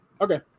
Okay